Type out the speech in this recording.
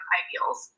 ideals